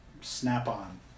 snap-on